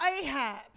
Ahab